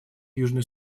южный